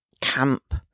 camp